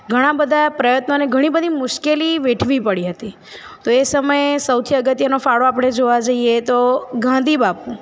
ઘણાં બધાં પ્રયત્નોને ઘણી બધી મુશ્કેલી વેઠવી પડી હતી તો એ સમયે સૌથી અગત્યનો ફાળો આપણે જોવા જઈએ તો કે ગાંધી બાપુ